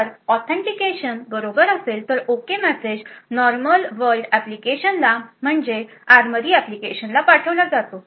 जर ऑथेंटिकेशन बरोबर असेल तर okay message normal world application ला म्हणजे आर्मरी एप्लीकेशनला पाठवला जातो